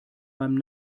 beim